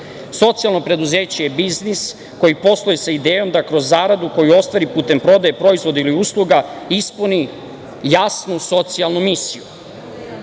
Socijalno preduzeće je biznis koje posluje sa idejom da kroz zaradu koju ostvari putem prodaje proizvoda ili usluga ispuni jasnu socijalnu